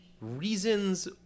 reasons